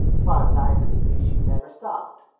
far's i could see she never stopped.